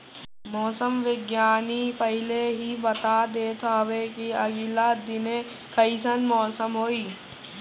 मौसम विज्ञानी पहिले ही बता देत हवे की आगिला दिने कइसन मौसम होई